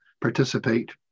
participate